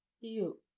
You—